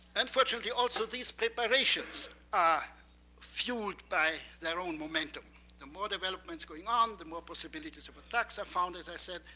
unfortunately, also these preparations are ah fueled by their own momentum. the more developments going on, the more possibilities of attacks are found, as i said.